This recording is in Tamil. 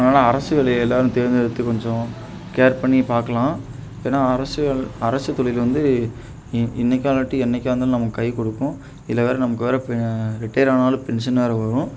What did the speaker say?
அதனால் அரசு வேலையை எல்லோரும் தேர்ந்தெடுத்து கொஞ்சம் கேர் பண்ணி பார்க்கலாம் ஏனால் அரசு வேலை அரசு தொழில் வந்து இ இன்றைக்காணாட்டி என்றைக்கா இருந்தாலும் நமக்கு கை கொடுக்கும் இல்லை வேறு நமக்கு வேறு ரிட்டயர் ஆனாலும் பென்ஷன் வேறு வரும்